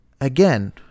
again